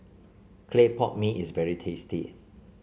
Clay Pot Mee is very tasty